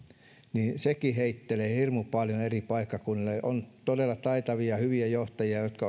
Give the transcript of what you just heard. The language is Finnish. niin sekin heittelee hirmu paljon eri paikkakunnilla on todella taitavia hyviä johtajia jotka